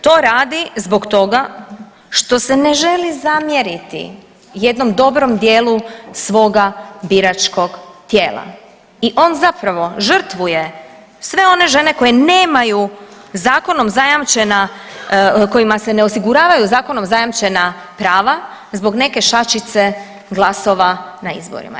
To radi zbog toga što se ne želi zamjeriti jednom dobrom dijelu svoga biračkog tijela i on zapravo žrtvuje sve one žene koje nemaju zakonom zajamčena, kojima se ne osiguravaju zakonom zajamčena prava zbog neke šačice glasova na izborima.